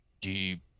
deep